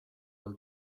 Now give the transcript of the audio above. ahal